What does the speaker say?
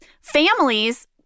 families